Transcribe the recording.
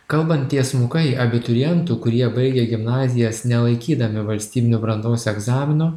kalbant tiesmukai abiturientų kurie baigę gimnazijas nelaikydami valstybinių brandos egzamino